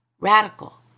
Radical